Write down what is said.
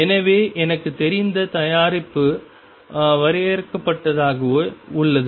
எனவே எனக்குத் தெரிந்த தயாரிப்பு வரையறுக்கப்பட்டதாகவே உள்ளது